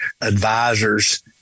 advisors